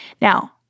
Now